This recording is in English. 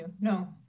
no